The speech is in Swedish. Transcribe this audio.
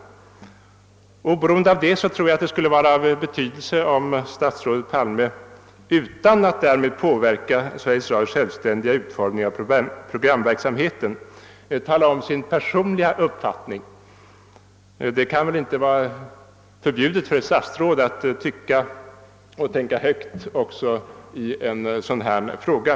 Oberoende härav tror jag det skulle vara av vikt om statsrådet Palme, utan att därmed påverka Sveriges Radios självständiga utformning av programverksamheten, talar om sin personliga uppfattning. Det kan väl inte vara förbjudet för ett statsråd att tycka och tänka något också i en fråga av det här slaget.